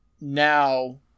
now